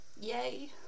Yay